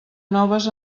noves